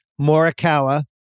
Morikawa